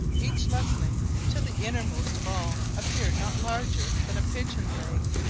each lessening till the innermost of all appeared not larger than a pigeon's egg.